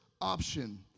option